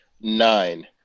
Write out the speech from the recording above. Nine